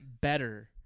better